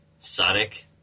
Sonic